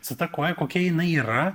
su ta koja kokia jinai yra